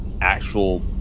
actual